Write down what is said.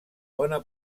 bona